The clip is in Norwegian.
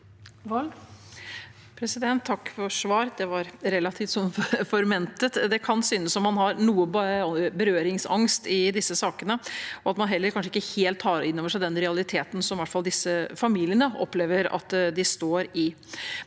Takk for svaret. Det var relativt som forventet. Det kan synes som om man har noe berøringsangst i disse sakene, og at man kanskje heller ikke helt tar inn over seg den realiteten som i hvert fall disse familiene opplever at de står i.